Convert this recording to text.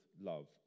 love